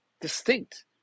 distinct